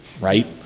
right